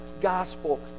gospel